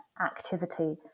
activity